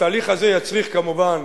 התהליך הזה יצריך, כמובן,